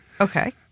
Okay